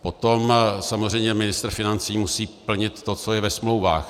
Potom samozřejmě ministr financí musí plnit to, co je ve smlouvách.